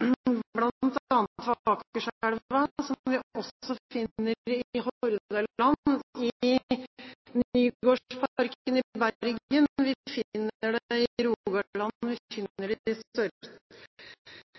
bl.a. ved Akerselva, og som vi også finner i Hordaland, i Nygårdsparken i Bergen, i Rogaland og i